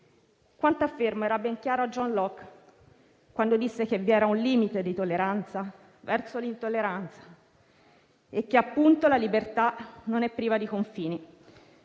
Quanto affermo era ben chiaro a John Locke quando disse che vi era un limite di tolleranza verso l'intolleranza e che, appunto, la libertà non è priva di confini.